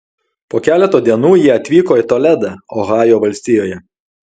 po keleto dienų jie atvyko į toledą ohajo valstijoje